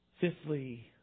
Fifthly